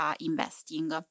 investing